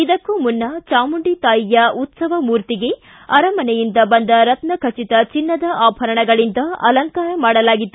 ಇದಕ್ಕೂ ಮುನ್ನ ಚಾಮುಂಡಿ ತಾಯಿಯ ಉತ್ಸವ ಮೂರ್ತಿಗೆ ಅರಮನೆಯಿಂದ ಬಂದ ರತ್ನ ಖಚತ ಚಿನ್ನದ ಆಭರಣಗಳಿಂದ ಅಲಂಕಾರ ಮಾಡಲಾಗಿತ್ತು